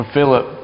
Philip